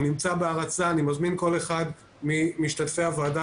הוא נמצא בהרצה ואני מזמין כל אחד ממשתתפי הוועדה